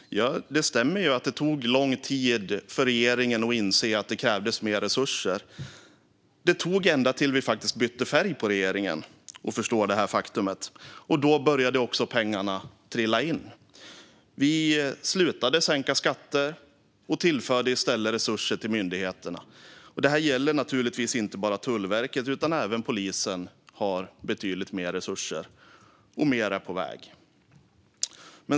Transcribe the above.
Fru talman! Det stämmer att det tog lång tid för regeringen att inse att det krävdes mer resurser. Det tog ända till att vi faktiskt bytte färg på regeringen innan den förstod detta faktum, och då började också pengarna trilla in. Vi slutade sänka skatter och tillförde i stället resurser till myndigheterna. Det gäller naturligtvis inte bara Tullverket, utan även polisen har betydligt mer resurser - och mer är på väg.